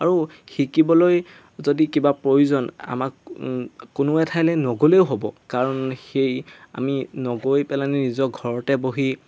আৰু শিকিবলৈ যদি কিবা প্ৰয়োজন আমাক কোনো এঠাইলৈ নগ'লেও হ'ব কাৰণ সেই আমি নগৈ পেলানি নিজৰ ঘৰতে বহি